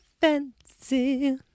fancy